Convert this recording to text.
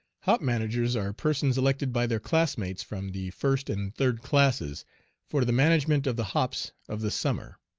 hop managers are persons elected by their classmates from the first and third classes for the management of the hops of the summer.